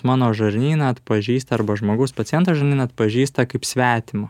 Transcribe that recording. mano žarnyną atpažįsta arba žmogus paciento žinai neatpažįsta kaip svetimo